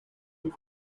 your